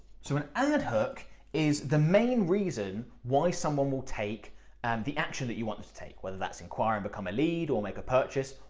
so an ad hook is the main reason why someone will take and the action that you want to to take, whether that's inquire and become a lead or make a purchase,